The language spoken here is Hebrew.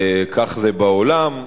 כך זה בעולם.